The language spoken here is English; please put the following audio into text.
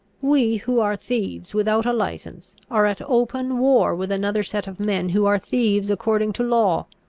we, who are thieves without a licence, are at open war with another set of men who are thieves according to law.